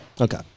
Okay